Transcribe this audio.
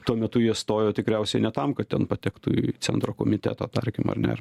tuo metu jie stojo tikriausiai ne tam kad ten patektų į centro komiteto tarkim ar ne